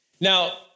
Now